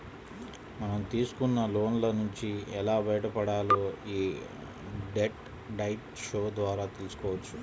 మనం తీసుకున్న లోన్ల నుంచి ఎలా బయటపడాలో యీ డెట్ డైట్ షో ద్వారా తెల్సుకోవచ్చు